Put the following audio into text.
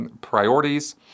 priorities